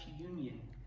union